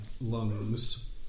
lungs